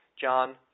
John